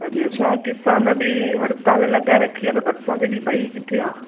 ऐं ॿियो छा किसान बि हड़ताल लॻाए रखी आहे न बरसाति एॾी पई किथे आहे